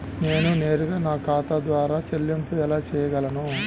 నేను నేరుగా నా ఖాతా ద్వారా చెల్లింపులు ఎలా చేయగలను?